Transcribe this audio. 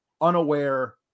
unaware